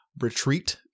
retreat